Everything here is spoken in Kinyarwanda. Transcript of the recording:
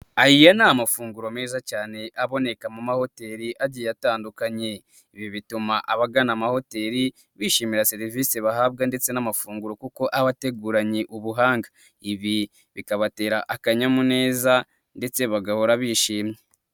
Aya ni amafunguro meza cyane aboneka mu mahoteli agiye atandukanye, ibi bituma abagana amahoteli, bishimira serivisi bahabwa ndetse n'amafunguro kuko aba ateguranye ubuhanga, ibi bikabatera akanyamuneza ndetse bagahora bishimye.